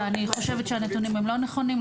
אני חושבת שהנתונים הם לא נכונים.